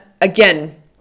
again